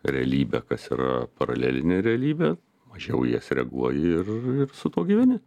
realybė kas yra paralelinė realybė mažiau į jas reaguoji ir ir su tuo gyveni